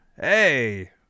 Hey